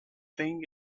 thing